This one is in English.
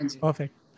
Perfect